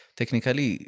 technically